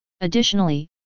Additionally